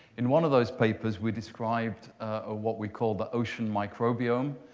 in one of those papers, we described ah what we call the ocean microbiome.